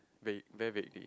ve~ very vaguely